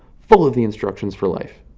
full of the instructions for life.